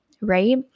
right